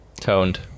toned